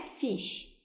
fish